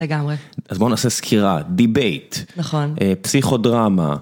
לגמרי. אז בואו נעשה סקירה, דיבייט. נכון. פסיכו דרמה.